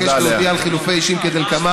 אני מבקש להודיע על חילופי אישים כדלקמן: